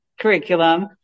curriculum